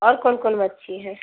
اور کون کون مچھی ہے